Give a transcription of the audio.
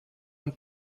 und